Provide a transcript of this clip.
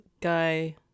guy